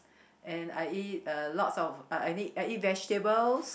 and I eat uh lots of uh I eat I eat vegetables